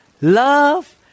love